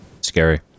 Scary